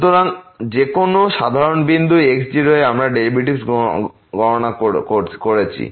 সুতরাং যে কোন সাধারণ বিন্দু x0 এ আমরা ডেরিভেটিভ গণনা করছি